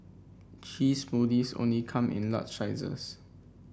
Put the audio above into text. cheese smoothies only come in large sizes